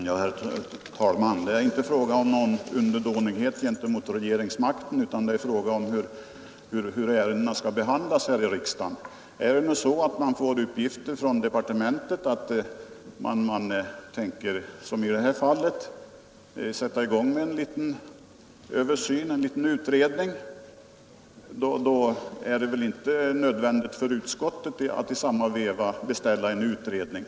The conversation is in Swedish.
Herr talman! Det är här inte fråga om någon underdånighet gentemot regeringsmakten. Frågan gäller hur ärendena skall behandlas i riksdagen. När vi nu fått uppgifter från departementet att man avser att sätta i gång en liten utredning för att göra en översyn av lagstiftningen, är det väl inte nödvändigt att utskottet i samma veva beställer en utredning.